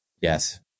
Yes